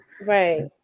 Right